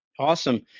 Awesome